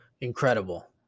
Incredible